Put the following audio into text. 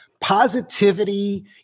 positivity